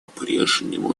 прежнему